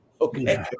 Okay